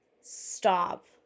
Stop